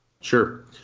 Sure